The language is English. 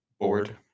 board